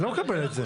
אני לא מקבל את זה.